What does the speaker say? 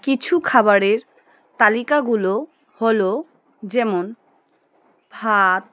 কিছু খাবারের তালিকাগুলো হলো যেমন ভাত